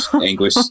anguish